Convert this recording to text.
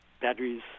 batteries